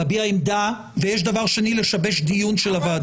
להביע עמדה ויש דבר שני שהוא לשבש דיון של הוועדה.